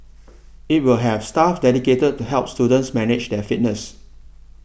it will have staff dedicated to help students manage their fitness